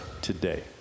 today